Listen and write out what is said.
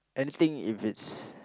anything if it's